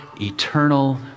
eternal